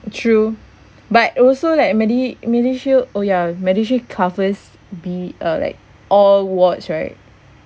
true but also like medi~ medishield oh ya medishield covers B uh like all wards right